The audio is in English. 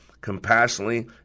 compassionately